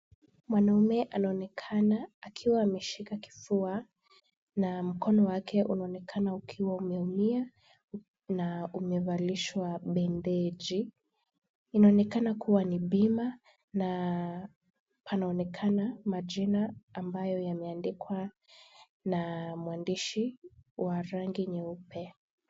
Mwanamume anaonekana akiwa ameshika kifua na mkono wake unaonekana ukiwa umeumia na umevalishwa bendeji. Inaonekana kuwa ni bima na panaonekana majina ambayo yameandikwa na maandishi wa rangi nyeupe.